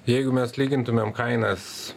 jeigu mes lygintumėm kainas